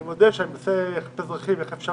אני מודה שאני מנסה לחשוב איך אפשר